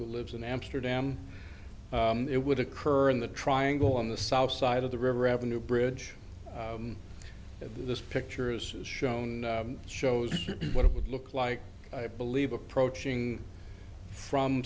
who lives in amsterdam it would occur in the triangle on the south side of the river avenue bridge this picture is shown shows what it would look like i believe approaching from